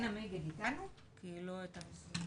אני עורכת דין ועובדת סוציאלית